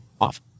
Off